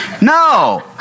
No